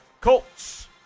Colts